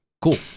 cool